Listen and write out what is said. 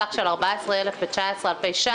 בסך של 14,019 אלפי ש"ח.